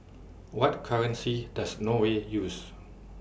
What currency Does Norway use